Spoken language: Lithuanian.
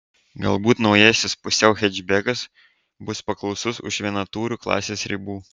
galbūt naujasis pusiau hečbekas bus paklausus už vienatūrių klasės ribų